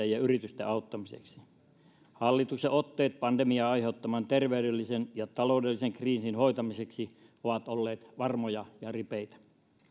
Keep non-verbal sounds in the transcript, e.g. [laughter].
[unintelligible] ja yritysten auttamiseksi hallituksen otteet pandemian aiheuttaman terveydellisen ja taloudellisen kriisin hoitamiseksi ovat olleet varmoja ja ripeitä